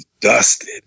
dusted